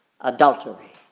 adultery